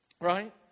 Right